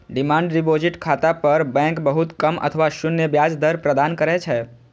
demand deposit खाता पर bank बहुत कम अथवा शून्य ब्याज दर प्रदान करै छै